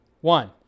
one